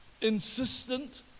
insistent